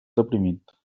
deprimit